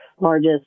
largest